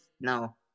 no